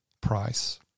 price